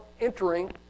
entering